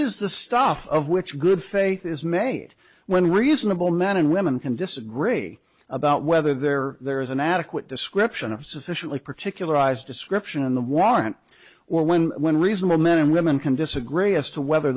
is the stuff of which good faith is made when reasonable men and women can disagree about whether there there is an adequate description of sufficiently particularize description in the warrant or when when reasonable men and women can disagree as to whether